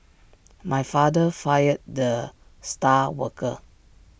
my father fired the star worker